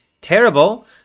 terrible